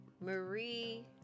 Marie